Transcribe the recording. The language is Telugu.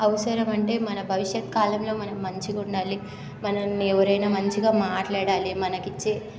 అవసరం అంటే మన భవిష్యత్తు కాలంలో మనం మంచిగా ఉండాలి మనల్ని ఎవరైనా మంచిగా మాట్లాడాలి మనకు ఇచ్చే